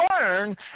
learn